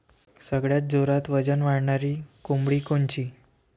सगळ्यात जोरात वजन वाढणारी कोंबडी कोनची?